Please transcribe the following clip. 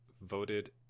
voted